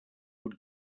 would